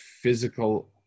physical